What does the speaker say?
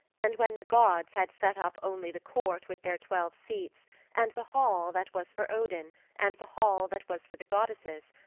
and when the gods had set up only the court with their twelve seats and the hall that was for odin and the hall that was for the goddesses,